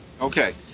Okay